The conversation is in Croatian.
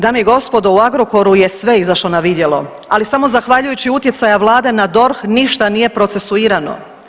Dame i gospodo u Agrokoru je sve izašlo na vidjelo ali samo zahvaljujući utjecaja vlade na DORH ništa nije procesuirano.